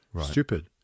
stupid